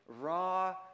raw